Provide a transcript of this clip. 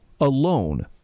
alone